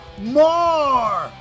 more